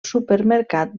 supermercat